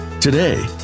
Today